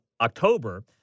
October